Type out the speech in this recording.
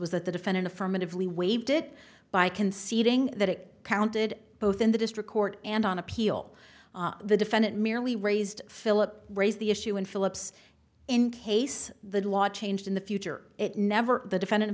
was that the defendant affirmatively waived it by conceding that it counted both in the district court and on appeal the defendant merely raised philip raised the issue and phillips in case the law changed in the future it never the defendant